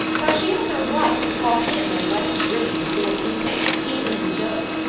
but she had no right to call him a west briton before people, even in joke.